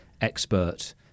expert